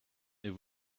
mais